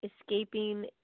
Escaping